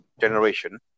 generation